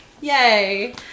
Yay